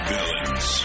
Villains